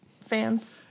fans